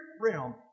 realm